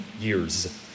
years